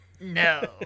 No